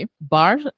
bar